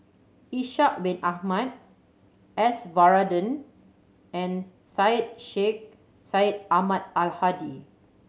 Ishak Bin Ahmad S Varathan and Syed Sheikh Syed Ahmad Al Hadi